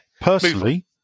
Personally